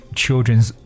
children's